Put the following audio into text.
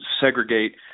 segregate